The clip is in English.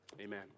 amen